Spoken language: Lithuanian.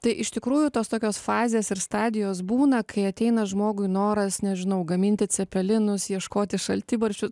tai iš tikrųjų tos tokios fazės ir stadijos būna kai ateina žmogui noras nežinau gaminti cepelinus ieškoti šaltibarščių